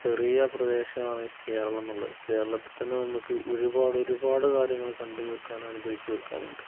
ചെറിയ പ്രദേശമാണ് കേരളം എന്നുള്ളത് കേരളത്തിൽ തന്നെ നമുക്ക് ഒരുപാട് ഒരുപാട് കാര്യങ്ങൾ കണ്ട് തീർക്കാനും അനുഭവിച്ച് തീർക്കാനും ഉണ്ട്